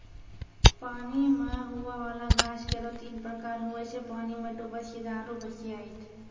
पानी मे हुवै वाला गाछ केरो तीन प्रकार हुवै छै पानी मे डुबल सीधा आरु भसिआइत